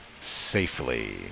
safely